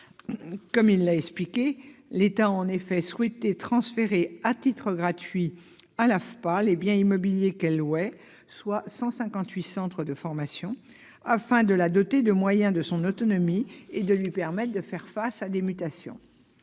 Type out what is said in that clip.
notre rapporteur, l'État a en effet souhaité transférer à titre gratuit à l'AFPA les biens immobiliers qu'elle louait, soit 158 centres de formation, afin de la doter des moyens de son autonomie et de lui permettre de faire face à ses mutations.